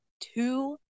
two